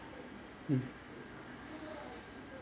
hmm